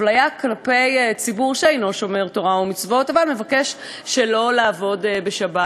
אפליה כלפי ציבור שאינו שומר תורה ומצוות אבל מבקש שלא לעבוד בשבת,